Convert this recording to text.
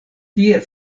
tie